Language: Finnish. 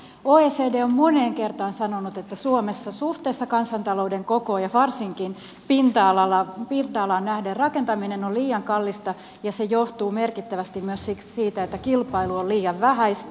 oecd on moneen kertaan sanonut että suomessa suhteessa kansantalouden kokoon ja varsinkin pinta alaan rakentaminen on liian kallista ja se johtuu merkittävästi myös siitä että kilpailu on liian vähäistä